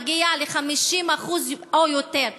מגיע ל-50% או יותר.